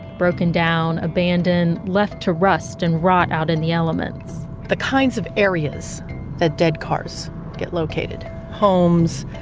broken down, abandoned, left to rust and rot out in the elements the kinds of areas that dead cars get located, homes,